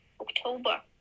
October